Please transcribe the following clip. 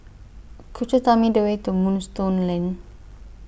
Could YOU Tell Me The Way to Moonstone Lane